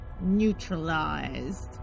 neutralized